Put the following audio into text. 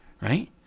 right